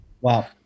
Wow